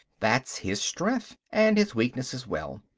that's his strength and his weakness as well.